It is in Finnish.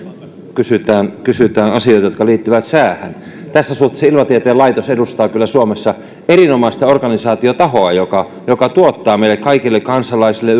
kysytään kysytään asioita jotka liittyvät säähän tässä suhteessa ilmatieteen laitos edustaa kyllä suomessa erinomaista organisaatiotahoa joka joka tuottaa meille kaikille kansalaisille